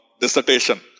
dissertation